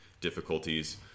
difficulties